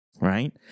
right